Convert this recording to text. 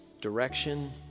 direction